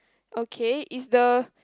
okay is the